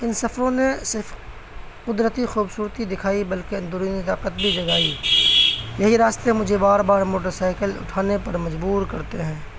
ان سفروں نے صرف قدرتی خوبصورتی دکھائی بلکہ ان درونی طاقت بھی جگائی یہی راستے مجھے بار بار موٹر سائیکل اٹھانے پر مجبور کرتے ہیں